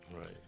Right